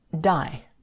die